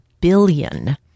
billion